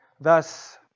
Thus